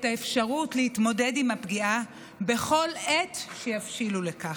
האפשרות להתמודד עם הפגיעה בכל עת שיבשילו לכך.